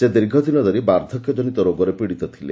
ସେ ଦୀର୍ଘଦିନ ଧରି ବାର୍ବ୍ଧକ୍ୟଜନିତ ରୋଗରେ ପୀଡ଼ିତ ଥଲେ